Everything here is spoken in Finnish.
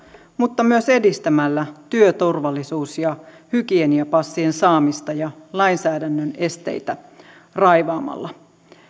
mutta myös edistämällä työturvallisuus ja hygieniapassien saamista ja raivaamalla lainsäädännön esteitä